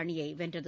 அணியை வென்றது